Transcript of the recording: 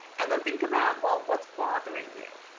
and then think about, well, what's bothering you.